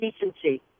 decency